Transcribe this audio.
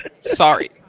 Sorry